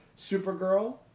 Supergirl